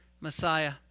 Messiah